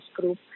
group